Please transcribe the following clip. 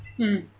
mm